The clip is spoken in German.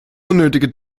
unnötige